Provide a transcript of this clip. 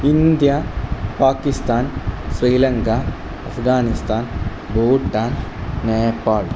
India Pakistan Sri Lanka Afghanistan Bhutan Nepal